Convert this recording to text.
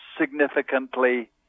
significantly